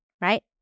right